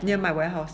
near my warehouse